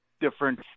different